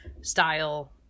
style